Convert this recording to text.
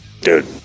dude